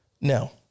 no